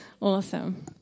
Awesome